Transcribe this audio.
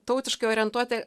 tautiškai orientuoti